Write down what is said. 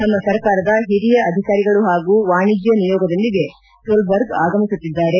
ತಮ್ನ ಸರ್ಕಾರದ ಹಿರಿಯ ಅಧಿಕಾರಿಗಳು ಹಾಗೂ ವಾಣಿಜ್ಯ ನಿಯೋಗದೊಂದಿಗೆ ಸೊಲ್ಬರ್ಗ್ ಆಗಮಿಸುತ್ತಿದ್ದಾರೆ